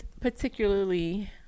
particularly